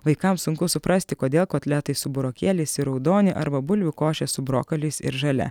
vaikams sunku suprasti kodėl kotletai su burokėliais ir raudoni arba bulvių košė su brokoliais ir žalia